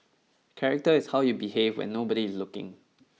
character is how you behave when nobody is looking